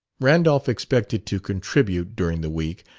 randolph expected to contribute, during the week,